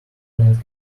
internet